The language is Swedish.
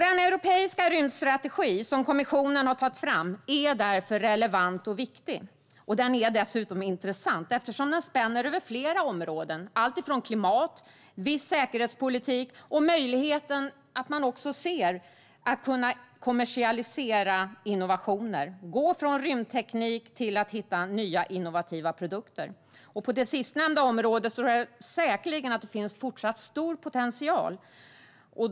Den europeiska rymdstrategi som kommissionen har tagit fram är därför relevant och viktig. Den är dessutom intressant eftersom den spänner över flera områden, alltifrån klimat och viss säkerhetspolitik till möjligheten att kommersialisera innovationer - att gå från rymdteknik till att hitta nya innovativa produkter. På det sistnämnda området finns det säkerligen fortsatt stor potential.